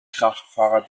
kraftfahrer